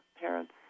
Parents